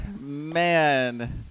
man